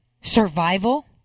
survival